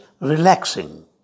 relaxing